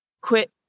quit